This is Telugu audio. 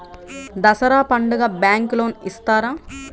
దసరా పండుగ బ్యాంకు లోన్ ఇస్తారా?